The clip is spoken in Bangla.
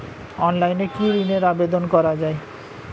অনলাইনে কি ঋনের আবেদন করা যায়?